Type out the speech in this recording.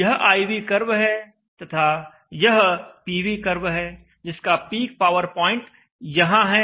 यह I V curve है तथा यह P V कर्व है जिसका पीक पावर पॉइंट यहां है